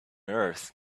earth